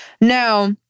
Now